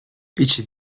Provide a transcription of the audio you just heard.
هیچی